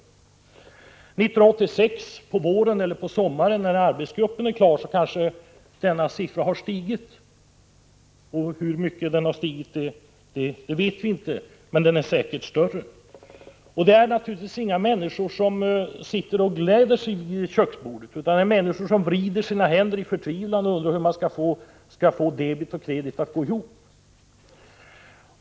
När arbetsgruppen är klar med sitt arbete på våren eller sommaren 1986 har kanske denna siffra stigit. Hur mycket kan vi inte veta, men den är säkert större. Det handlar i detta sammanhang naturligtvis inte om människor som sitter och gläder sig vid köksbordet, utan om människor som vrider sina händer i förtvivlan och undrar hur de skall få debet och kredit att gå ihop.